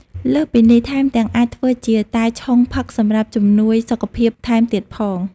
លើសពីនេះ ថែមទាំងអាចធ្វើជាតែឆុងផឹកសម្រាប់ជំនួយសុខភាពថែមទៀតផង។